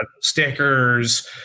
Stickers